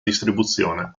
distribuzione